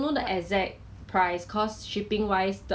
err 全家人搬家吗还是你